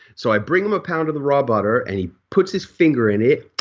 so i bring him a pound of the raw butter and he puts his finger in it.